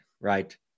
Right